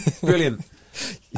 brilliant